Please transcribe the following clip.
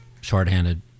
shorthanded